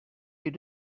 you